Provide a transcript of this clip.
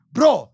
Bro